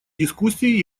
дискуссии